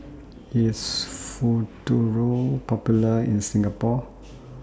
IS Futuro Popular in Singapore